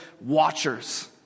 watchers